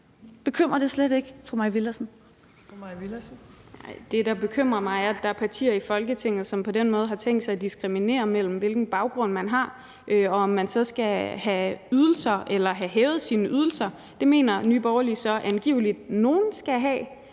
15:20 Mai Villadsen (EL): Nej, det, der bekymrer mig, er, at der er partier i Folketinget, som på den måde har tænkt sig at diskriminere mellem, hvilken baggrund man har, og om man så skal have ydelser eller have hævet sine ydelser. Det mener Nye Borgerlige så angiveligt at nogle skal have,